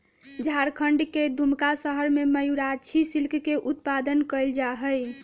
झारखंड के दुमका शहर में मयूराक्षी सिल्क के उत्पादन कइल जाहई